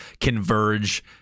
converge